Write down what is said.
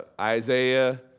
Isaiah